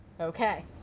Okay